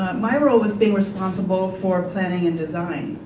my role was being responsible for planning and design.